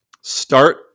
start